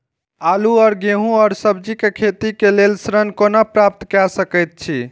आलू और गेहूं और सब्जी के खेती के लेल ऋण कोना प्राप्त कय सकेत छी?